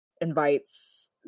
invites